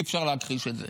אי-אפשר להכחיש את זה: